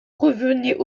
revenaient